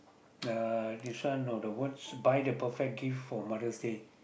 uh this one no the words buy the perfect gift for Mother's Day